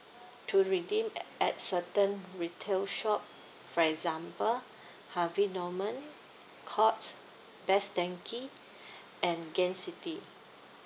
to redeem at certain retail shop for example Harvey Norman Courts Best Denki and Gain City